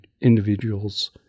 individuals